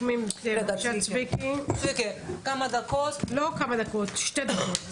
הפנים): צביקי טסלר יסכם בשתי דקות,